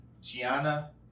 Gianna